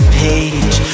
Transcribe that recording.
page